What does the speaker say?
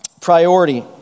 priority